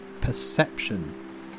perception